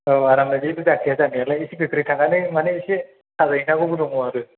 औ आरामनो जेबो जाखाया जानायालाय एसे गोख्रै थांनानै माने एसे साजायहैनांगौबो दङ आरो